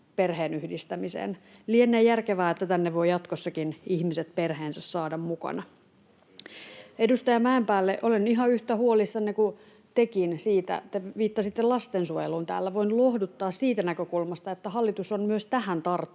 perheenyhdistämiseen. Lienee järkevää, että tänne voivat jatkossakin ihmiset perheensä saada mukana. Edustaja Mäenpäälle: Olen ihan yhtä huolissani kuin tekin, kun te viittasitte lastensuojeluun. Voin lohduttaa siitä näkökulmasta, että hallitus on myös tähän tarttunut.